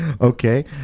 Okay